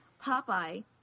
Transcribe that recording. Popeye